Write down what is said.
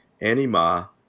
anima